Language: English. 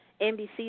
NBC